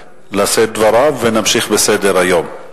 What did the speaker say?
ונמשיך בסדר-היום.